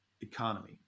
economy